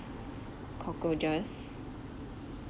cockroaches